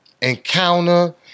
encounter